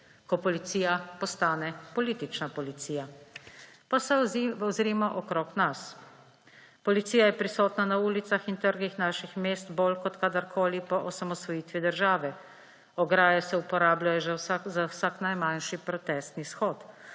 ko policija postane politična policija. Pa se ozrimo okrog nas. Policija je prisotna na ulicah in trgih naših mest bolj kot kadarkoli po osamosvojitvi države, ograje se uporabljajo že za vsak najmanjši protestni shod,